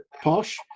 posh